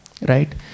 right